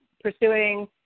pursuing